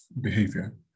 behavior